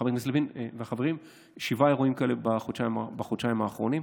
חבר הכסת לוין והחברים, בחודשיים האחרונים.